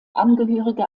angehörige